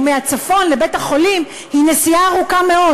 מהצפון לבית-החולים היא נסיעה ארוכה מאוד.